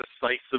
decisive